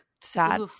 Sad